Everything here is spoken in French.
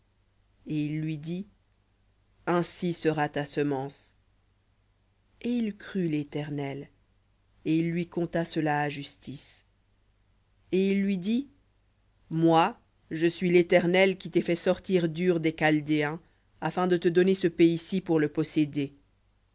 et il lui dit ainsi sera ta semence et il crut l'éternel et il lui compta cela à justice et il lui dit moi je suis l'éternel qui t'ai fait sortir d'ur des chaldéens afin de te donner ce pays-ci pour le posséder